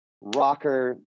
rocker